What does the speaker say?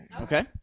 Okay